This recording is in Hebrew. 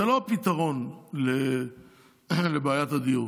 זה לא הפתרון לבעיית הדיור.